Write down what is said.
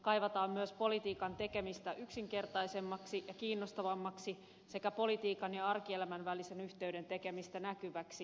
kaivataan myös politiikan tekemistä yksinkertaisemmaksi ja kiinnostavammaksi sekä politiikan ja arkielämän välisen yhteyden tekemistä näkyväksi